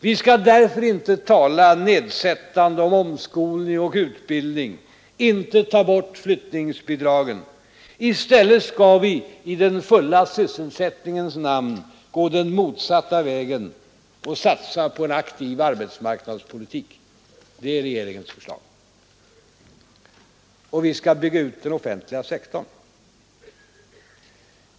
Vi skall därför inte tala nedsättande om omskolning och utbildning, inte ta bort flyttningsbidragen. I stället skall vi — i den fulla sysselsättningens namn — gå den motsatta vägen och satsa på en aktiv arbetsmarknadspolitik. Det sker i regeringens förslag. Vi skall bygga ut den offentliga sektorn.